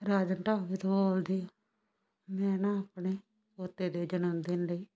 ਰਾਜਨ ਢਾਬੇ ਤੋਂ ਬੋਲਦੇ ਹੋ ਮੈਂ ਨਾ ਆਪਣੇ ਪੋਤੇ ਦੇ ਜਨਮ ਦਿਨ ਲਈ